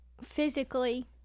physically